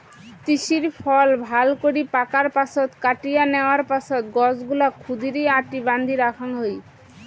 তিসির ফল ভালকরি পাকার পাছত কাটিয়া ন্যাওয়ার পাছত গছগুলাক ক্ষুদিরী আটি বান্ধি রাখাং হই